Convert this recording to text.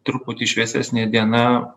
truputį šviesesnė diena